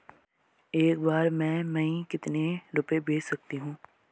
एक बार में मैं कितने रुपये भेज सकती हूँ?